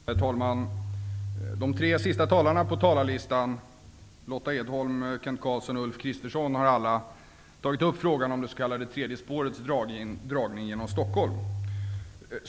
Herr talman! De tre sista talarna på talarlistan -- har alla tagit upp frågan om det s.k. tredje spårets dragning genom Stockholm.